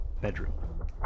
bedroom